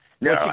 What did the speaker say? No